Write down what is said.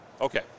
Okay